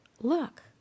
look